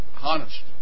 honest